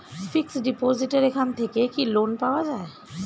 Fix ডিপোজিটের এখান থেকে কি লোন পাওয়া যায়?